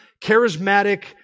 charismatic